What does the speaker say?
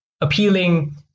appealing